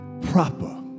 proper